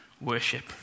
worship